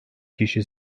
kişi